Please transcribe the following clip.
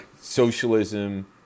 socialism